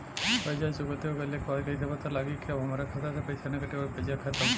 कर्जा चुकौती हो गइला के बाद कइसे पता लागी की अब हमरा खाता से पईसा ना कटी और कर्जा खत्म?